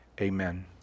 Amen